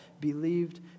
believed